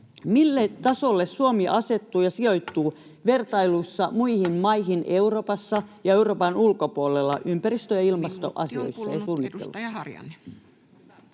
mille tasolle Suomi asettuu ja sijoittuu vertailussa muihin maihin Euroopassa ja Euroopan ulkopuolella ympäristö- ja ilmastoasioissa